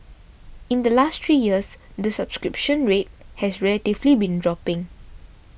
in the last three years the subscription rate has relatively been dropping